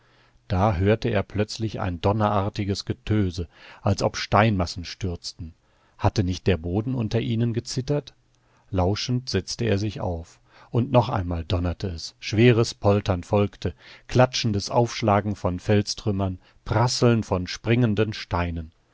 da hörte er plötzlich ein donnerartiges getöse als ob steinmassen stürzten hatte nicht der boden unter ihnen gezittert lauschend setzte er sich auf und noch einmal donnerte es schweres poltern folgte klatschendes aufschlagen von felstrümmern prasseln von springenden steinen